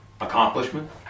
accomplishment